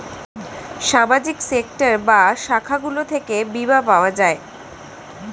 সামাজিক সেক্টর বা শাখাগুলো থেকে বীমা পাওয়া যায়